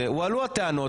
הועלו טענות,